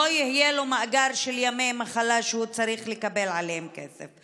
לא יהיה לו מאגר של ימי מחלה שהוא צריך לקבל עליהם כסף.